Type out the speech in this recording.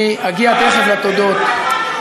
אני אגיע תכף לתודות.